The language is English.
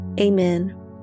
Amen